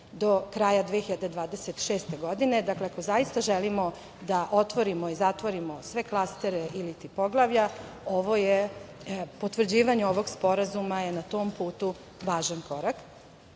do kraja 2026. godine, dakle ako zaista želimo da otvorimo i zatvorimo sve klastere ili ti poglavlja, potvrđivanje ovog sporazuma je na tom putu važan